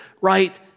right